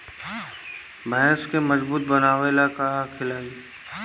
भैंस के मजबूत बनावे ला का खिलाई?